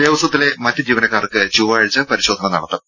ദേവസ്വത്തിലെ മറ്റു ജീവനക്കാർക്ക് ചൊവ്വാഴ്ച പരിശോധന നടത്തും